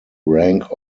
rank